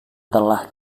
telah